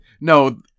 no